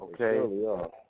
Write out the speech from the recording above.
Okay